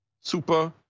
super